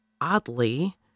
oddly